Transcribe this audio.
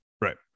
Right